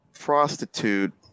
prostitute